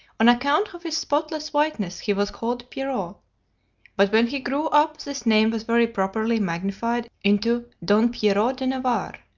on account of his spotless whiteness he was called pierrot but when he grew up this name was very properly magnified into don-pierrot-de-navarre,